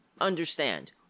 understand